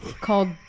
Called